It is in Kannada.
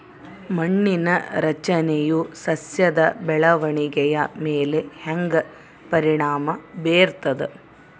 ಮಣ್ಣಿನ ರಚನೆಯು ಸಸ್ಯದ ಬೆಳವಣಿಗೆಯ ಮೇಲೆ ಹೆಂಗ ಪರಿಣಾಮ ಬೇರ್ತದ?